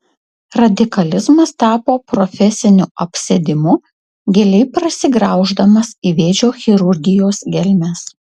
radikalizmas tapo profesiniu apsėdimu giliai prasigrauždamas į vėžio chirurgijos gelmes